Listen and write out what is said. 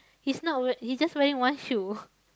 he's not wear he's just wearing one shoe